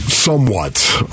somewhat